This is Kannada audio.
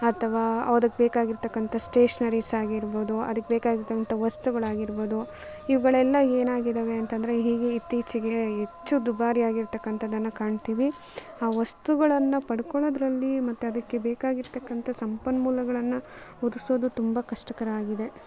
ಅಥವಾ ಅದಕ್ಕೆ ಬೇಕಾಗಿರತಕ್ಕಂಥ ಸ್ಟೇಷ್ನರೀಸಾಗಿರ್ಬೋದು ಅದಕ್ಕೆ ಬೇಕಾಗಿರ್ತಂತ ವಸ್ತುಗಳಾಗಿರ್ಬೋದು ಇವುಗಳೆಲ್ಲ ಏನಾಗಿದ್ದಾವೆ ಅಂತಂದರೆ ಹೀಗೆ ಇತ್ತೀಚಿಗೆ ಹೆಚ್ಚು ದುಬಾರಿಯಾಗಿರ್ತಕ್ಕಂಥದ್ದನ್ನು ಕಾಣ್ತೀವಿ ಆ ವಸ್ತುಗಳನ್ನು ಪಡ್ಕೊಳೋದ್ರಲ್ಲಿ ಮತ್ತು ಅದಕ್ಕೆ ಬೇಕಾಗಿರತಕ್ಕಂಥ ಸಂಪನ್ಮೂಲಗಳನ್ನು ಒದಗಿಸೋದು ತುಂಬ ಕಷ್ಟಕರ ಆಗಿದೆ